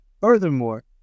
furthermore